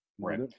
Right